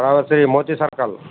Moti circle